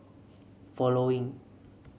following